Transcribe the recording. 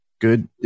Good